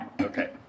Okay